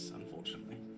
unfortunately